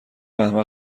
احمق